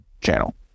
channel